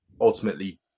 ultimately